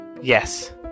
Yes